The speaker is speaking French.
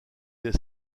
des